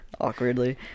awkwardly